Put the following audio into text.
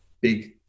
big